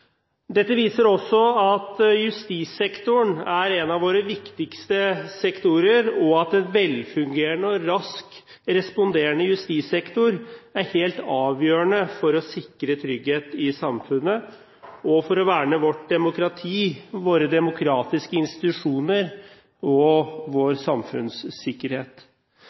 Dette viser også at justissektoren er en av våre viktigste sektorer, og at en velfungerende og raskt responderende justissektor er helt avgjørende for å sikre trygghet i samfunnet og for å verne vårt demokrati, våre demokratiske institusjoner og vår